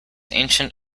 ancient